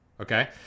okay